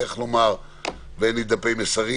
איך לומר ואין לי דפי מסרים.